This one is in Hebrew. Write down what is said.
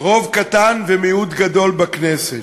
רוב קטן ומיעוט גדול בכנסת.